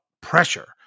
pressure